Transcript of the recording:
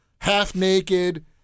half-naked